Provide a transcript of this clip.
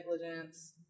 negligence